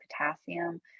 potassium